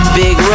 big